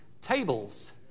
tables